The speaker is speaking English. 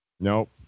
Nope